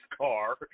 car